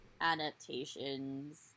adaptations